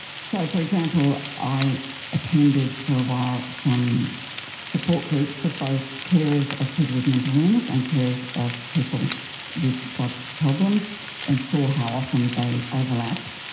so, for example, i attended for a while some support groups for both carers of people with mental illness and carers of people with drug problems and saw how often they overlapped.